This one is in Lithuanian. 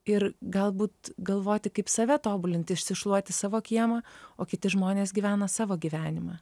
ir galbūt galvoti kaip save tobulinti išsišluoti savo kiemą o kiti žmonės gyvena savo gyvenimą